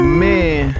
man